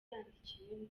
yandikiwe